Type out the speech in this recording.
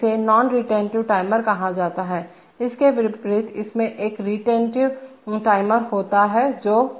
तो इसे non retentive timer कहा जाता है इसके विपरीत इसमें एक रिटेंटिव टाइमर होता है जो